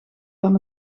dan